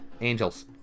Angels